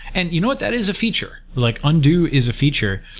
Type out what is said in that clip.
and you know what? that is a feature. like undo is a feature.